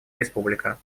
республика